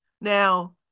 Now